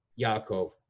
Yaakov